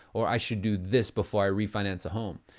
or i should do this before i refinance a home.